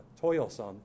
toilsome